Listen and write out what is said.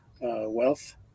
wealth